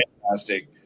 fantastic